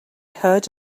heard